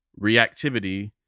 reactivity